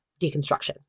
deconstruction